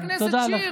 חברת הכנסת שיר,